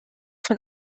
von